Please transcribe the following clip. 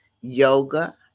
yoga